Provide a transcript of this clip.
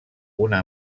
una